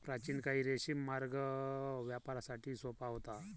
प्राचीन काळी रेशीम मार्ग व्यापारासाठी सोपा होता